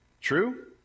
True